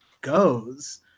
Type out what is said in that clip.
goes